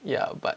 ya but